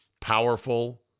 powerful